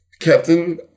Captain